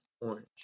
Orange